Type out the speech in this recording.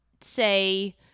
say